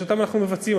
שאנחנו מבצעים.